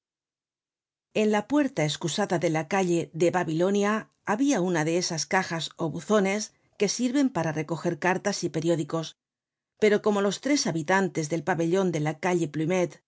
en la puerta escusada de la calle de babilonia habia una de esas cajas ó buzones que sirven para recoger cartas y periódicos pero como los tres habitantes del pabellon de la calle